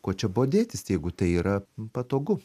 ko čia bodėtis jeigu tai yra patogu